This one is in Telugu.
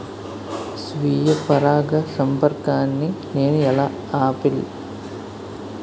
స్వీయ పరాగసంపర్కాన్ని నేను ఎలా ఆపిల్?